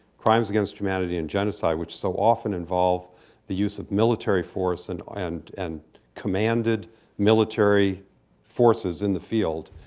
crimes against humanity and genocide, which so often involve the use of military force and and and commanded military forces in the field